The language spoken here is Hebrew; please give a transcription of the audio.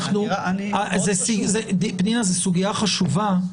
זו סוגיה חשובה,